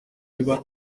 niba